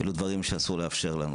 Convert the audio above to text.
אלו דברים שאסור לנו לאפשר.